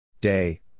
Day